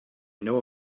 know